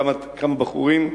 כמה בחורים,